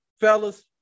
fellas